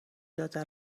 جاده